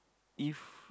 if